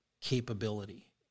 capability